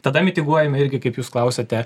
tada mitinguojame irgi kaip jūs klausiate